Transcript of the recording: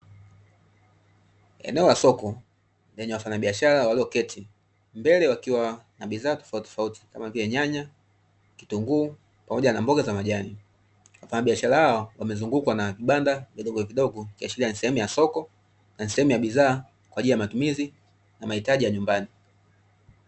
Eneo la soko, lenye wafanyabiashara walioketi, mbele wakiwa na bidhaa tofautitofauti kama vile: nyanya, kitunguu pamoja na mboga za majani. Wafanyabiashara hawa wamezungukwa na vibanda vidogovidogo ikiashiria ni sehemu ya soko na ni sehemu ya bidhaa kwa ajili ya matumizi na mahitaji ya nyumbani.